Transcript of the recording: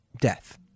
Death